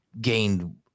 gained